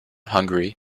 hungary